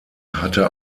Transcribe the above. hatte